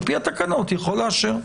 על פי התקנות הוא יכול לאשר.